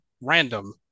random